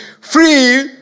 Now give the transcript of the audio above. free